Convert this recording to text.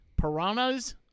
Piranhas